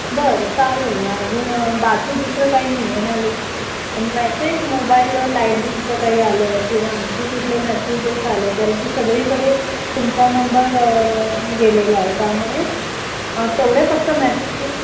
बरं चालेल ना अजून बाकी दुसरं काही नाही आहे न मेसेज मोबाईलवर लाईट बिलच काही आलं किंवा आणखी कुठले मेसेजेस आले कारण की सगळीकडे तुमचा नंबर गेलेला आहे त्यामुळे तेवढे फक्त मॅसेजेस